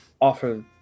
offer